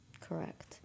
Correct